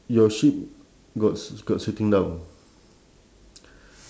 your sheep got s~ got sitting down